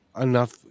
enough –